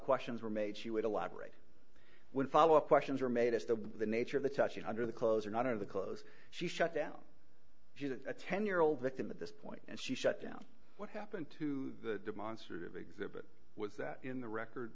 questions were made she would allow aberrate when followup questions were made as to the nature of the touching under the clothes or not of the clothes she shut down a ten year old victim at this point and she shut down what happened to demonstrative exhibit was that in the record